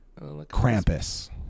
krampus